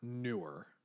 newer